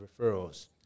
referrals